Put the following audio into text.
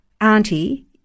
auntie